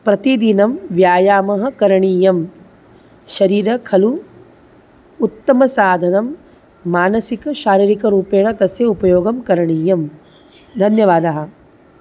प्रतिदिनं व्यायामः करणीयः शरीरं खलु उत्तमसाधनं मानसिकशारीरिकरूपेण तस्य उपयोगः करणीयः धन्यवादः